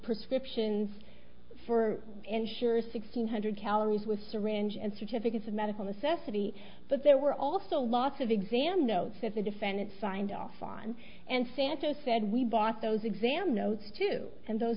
prescriptions for insurers six hundred calories was syringe and certificates of medical necessity but there were also lots of exam notes that the defendant signed off on and santos said we bought those exam notes to and those